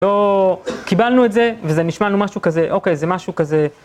לא קיבלנו את זה, וזה נשמע לנו משהו כזה, אוקיי, זה משהו כזה.